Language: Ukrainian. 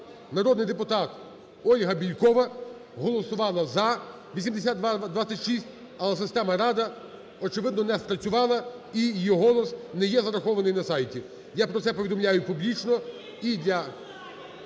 народний депутат Ольга Бєлькова голосувала "за" 8226, але система "Рада", очевидно, не спрацювала і її голос не є зарахований на сайті. Я про це повідомляю публічно